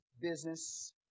business